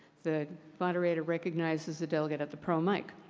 the moderator recognizes the delegate at the pro mic.